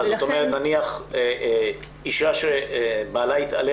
נניח, אישה שבעלה התעלל